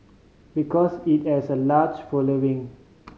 because it has a large following